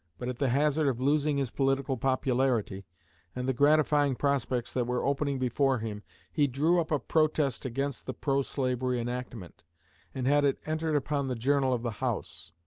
but at the hazard of losing his political popularity and the gratifying prospects that were opening before him he drew up a protest against the pro-slavery enactment and had it entered upon the journal of the house.